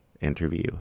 interview